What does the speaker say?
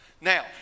Now